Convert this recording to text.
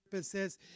says